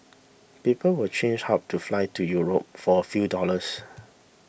people will change hubs to fly to Europe for a few dollars